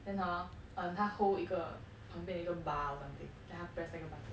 then hor 他 hold 一个旁边的一个 bar or something then they press 那个 button